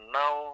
now